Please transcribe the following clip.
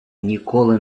ніколи